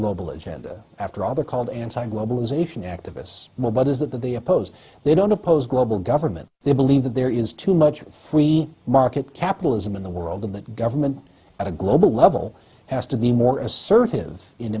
global agenda after all they're called anti globalization activists more but is it that they oppose they don't oppose global government they believe that there is too much free market capitalism in the world and that government at a global level has to be more assertive